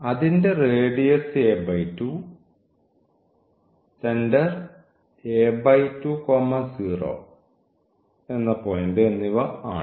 അതിൻറെ radius a2 centre a2 0 എന്നിവ ആണ്